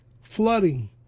flooding